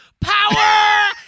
power